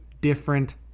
different